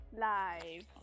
live